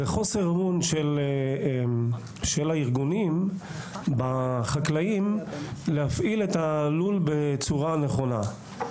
זה חוסר אמון של הארגונים בחקלאים להפעיל את הלול בצורה נכונה.